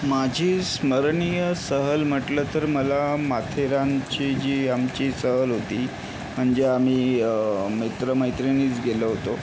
माझी स्मरणीय सहल म्हटलं तर मला माथेरानची जी आमची सहल होती म्हणजे आम्ही मित्र मैत्रिणीच गेलो होतो